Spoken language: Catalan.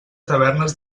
tavernes